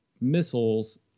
missiles